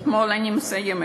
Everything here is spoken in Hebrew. אני מסיימת.